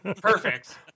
perfect